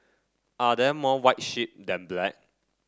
are there more white sheep than black